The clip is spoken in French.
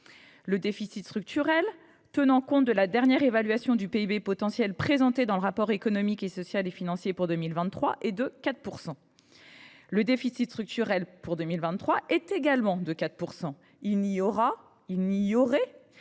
Le déficit structurel, tenant compte de la dernière évaluation du PIB potentiel présentée dans le rapport économique, social et financier pour 2023, est de 4 %. Le déficit structurel attendu pour 2023 est également de 4 %. Par conséquent, il n’y aura